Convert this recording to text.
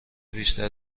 بیشتر